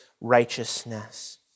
righteousness